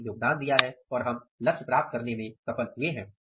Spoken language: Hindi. सभी ने योगदान दिया है और हम लक्ष्य प्राप्त करने में सफल हुए हैं